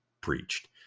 preached